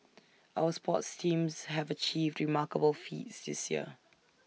our sports teams have achieved remarkable feats this year